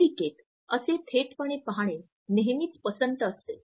अमेरिकेत असे थेटपणे पाहणे नेहमीच पसंत असते